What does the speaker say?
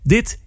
Dit